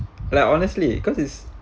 like honestly cause it's